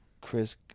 Chris